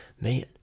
man